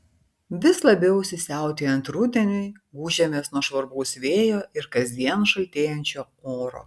vis labiau įsisiautėjant rudeniui gūžiamės nuo žvarbaus vėjo ir kasdien šaltėjančio oro